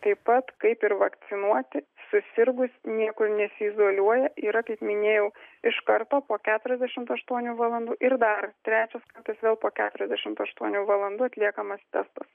taip pat kaip ir vakcinuoti susirgus niekur nesiizoliuoja yra kaip minėjau iš karto po keturiasdešimt aštuonių valandų ir dar trečias tas vėl po keturiasdešimt aštuonių valandų atliekamas testas